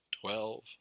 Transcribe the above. twelve